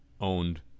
owned